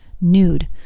nude